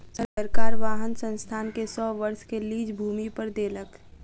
सरकार वाहन संस्थान के सौ वर्ष के लीज भूमि पर देलक